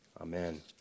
amen